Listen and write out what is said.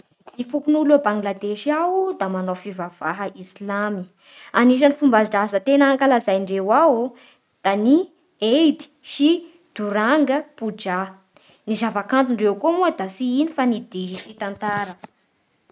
Ny fokon'olo a Bangladesy ao da manao fivavaha silamo, anisan'ny tena fomban-draza ankalazandreo ao da ny eid sy ny doranga pouja Ny zava-kanto ndreo koa da tsy igno fa ny dihy sy ny tantara